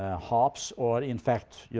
ah hobbes. or, in fact, yeah